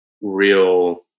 real